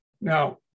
Now